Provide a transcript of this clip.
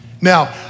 Now